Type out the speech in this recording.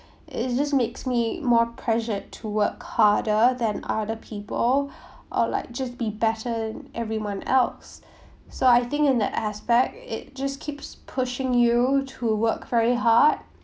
it just makes me more pressured to work harder than other people or like just be better than everyone else so I think in the aspect it just keeps pushing you to work very hard